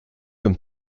comme